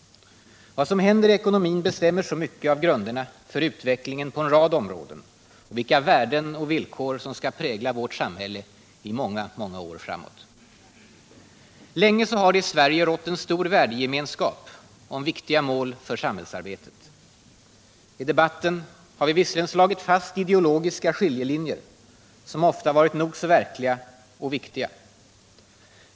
Vad som händer i ekonomin bestämmer så mycket av grunderna för utvecklingen på en rad områden och vilka värden och villkor som skall prägla vårt samhälle i många år framåt. Länge har det i Sverige rått en stor värdegemenskap om viktiga mål för samhällsarbetet. I debatten har vi visserligen slagit fast ideologiska skiljelinjer, som ofta varit nog så verkliga och viktiga.